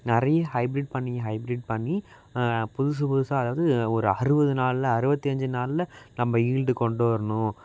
நிறைய ஹைபிரிட் பண்ணி ஹைபிரிட் பண்ணி புதுசு புதுசாக அதாவது ஒரு அறுபது நாளில் அறுவத்தி அஞ்சு நாளில் நம்ம ஈல்ட் கொண்டு வரணும்